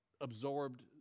absorbed